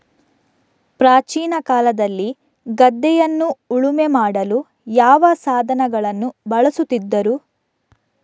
ಪ್ರಾಚೀನ ಕಾಲದಲ್ಲಿ ಗದ್ದೆಯನ್ನು ಉಳುಮೆ ಮಾಡಲು ಯಾವ ಸಾಧನಗಳನ್ನು ಬಳಸುತ್ತಿದ್ದರು?